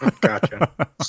Gotcha